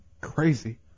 Crazy